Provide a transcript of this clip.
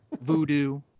voodoo